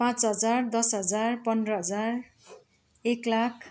पाँच हजार दस हजार पन्ध्र हजार एक लाख